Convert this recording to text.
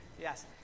yes